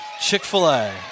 Chick-fil-A